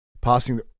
passing